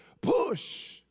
push